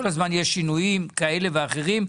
כל הזמן יש שינויים כאלה ואחרים.